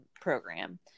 program